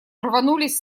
рванулись